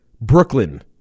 Brooklyn